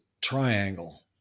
triangle